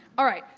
all right.